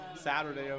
Saturday